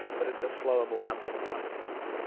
but it's a slower more cumbersome process.